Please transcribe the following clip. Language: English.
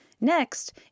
Next